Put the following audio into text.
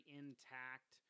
intact